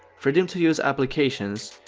freedom to use applications,